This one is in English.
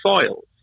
soils